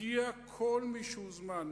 הגיע כל מי שהוזמן,